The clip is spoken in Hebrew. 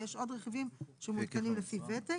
כי יש עוד רכיבים שמעודכנים לפי וותק.